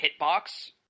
hitbox